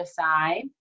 side